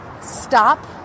stop